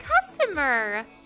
customer